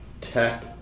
tech